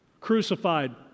crucified